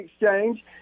exchange